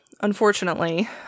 unfortunately